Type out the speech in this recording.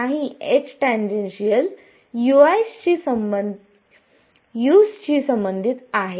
नाही H tangential u's शी संबंधित आहे